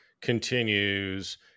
continues